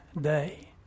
day